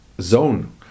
zone